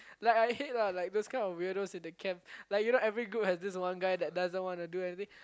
like I hate lah like those kind of weirdos in the camp like you know every group has this one guy that doesn't want to do anything